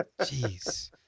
Jeez